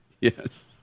Yes